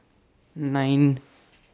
nine